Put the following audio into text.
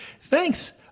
Thanks